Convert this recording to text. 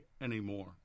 anymore